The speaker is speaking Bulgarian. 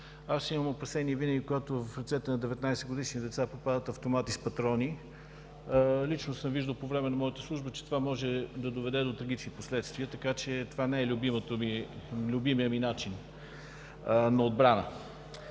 – имам опасения винаги, когато в ръцете на 19-годишни деца попадат автомати с патрони. Лично съм виждал по време на моята служба, че това може да доведе до трагични последствия. Така че това не е любимият ми начин на отбрана.